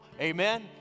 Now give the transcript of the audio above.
Amen